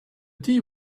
tea